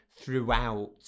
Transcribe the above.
throughout